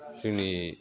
जोंनि